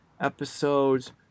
episodes